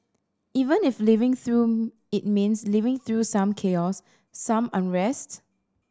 even if living through it means living through some chaos some unrest